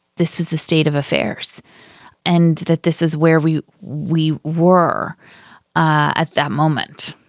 this was the state of affairs and that this is where we we were ah at that moment.